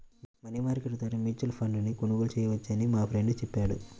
money market ద్వారా mutual ఫండ్ను కొనుగోలు చేయవచ్చని మా ఫ్రెండు చెప్పాడు